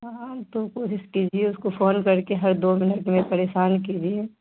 ہاں تو کوشش کیجیے اس کو فون کر کے ہر دو منٹ میں پریشان کیجیے